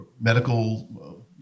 medical